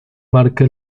marca